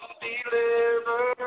deliver